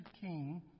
king